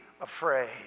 afraid